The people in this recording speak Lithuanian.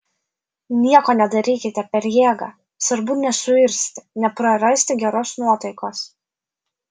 nieko nedarykite per jėgą svarbu nesuirzti neprarasti geros nuotaikos